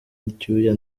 icyuya